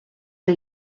are